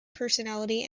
personality